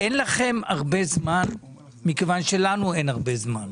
שאין לכם הרבה זמן, מכיוון שלנו אין הרבה זמן.